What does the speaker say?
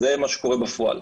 זה מה שקורה בפועל.